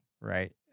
right